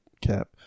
cap